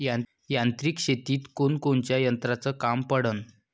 यांत्रिक शेतीत कोनकोनच्या यंत्राचं काम पडन?